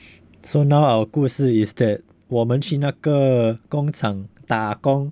so now our 故事 is that 我们去那个工厂打工